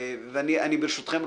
ברשותכם,